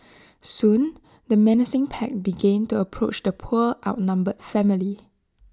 soon the menacing pack began to approach the poor outnumbered family